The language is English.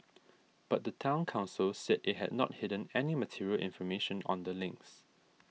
but the Town Council said it had not hidden any material information on the links